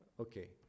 okay